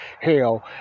hell